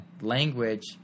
language